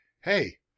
Hey